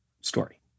story